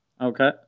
Okay